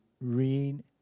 read